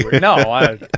No